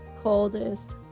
coldest